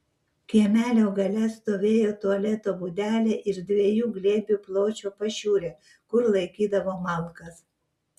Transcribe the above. kiemelio gale stovėjo tualeto būdelė ir dviejų glėbių pločio pašiūrė kur laikydavo malkas